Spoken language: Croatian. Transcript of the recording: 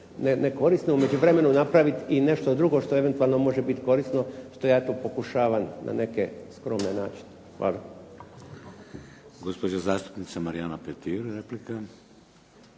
nekorisne u međuvremenu napraviti i nešto drugo što eventualno može biti korisno što ja tu pokušavam na neke skromne načine. Hvala. **Šeks, Vladimir (HDZ)** Gospođa zastupnica Marijana Petir, replika.